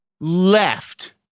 left